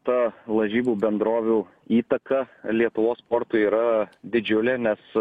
ta lažybų bendrovių įtaka lietuvos sportui yra didžiulė nes